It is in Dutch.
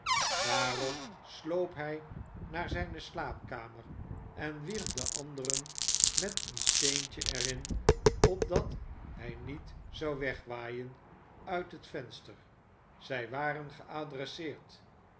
daarop sloop hij naar zijne slaapkamer en wierp den anderen met een steentje er in opdat hij niet zou wegwaaien uit het venster zij waren geadresseerd